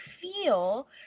feel